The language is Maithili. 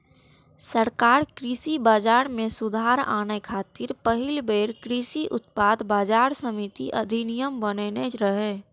सरकार कृषि बाजार मे सुधार आने खातिर पहिल बेर कृषि उत्पाद बाजार समिति अधिनियम बनेने रहै